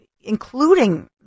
including